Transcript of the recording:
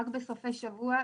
רק בסופי שבוע,